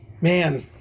Man